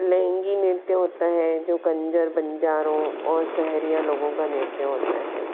लहंगी नृत्य होता है जो कंजर बंजारों और सहरिया लोगों का नृत्य होता है